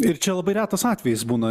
ir čia labai retas atvejis būna